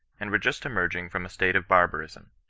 and were just emerging from a state of barbarism